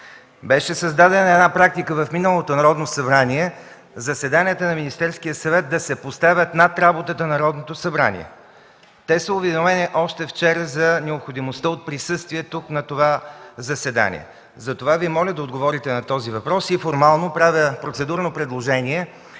Беше създадена една практика в миналото Народно събрание заседанията на Министерския съвет да се поставят над работата на Народното събрание. Те са уведомени още вчера за необходимостта от присъствие на днешното заседание. Затова Ви моля да отговорите на този въпрос. Правя процедурно предложение